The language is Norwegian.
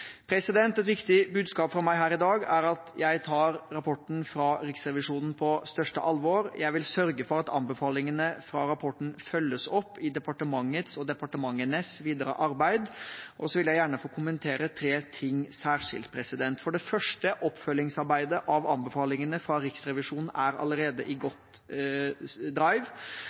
Et viktig budskap fra meg her i dag er at jeg tar rapporten fra Riksrevisjonen på største alvor. Jeg vil sørge for at anbefalingene fra rapporten følges opp i departementets og departementenes videre arbeid. Så vil jeg gjerne få kommentere tre ting særskilt. For det første: Oppfølgingsarbeidet med anbefalingene fra Riksrevisjonen er allerede i godt